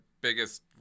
biggest